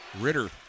Ritter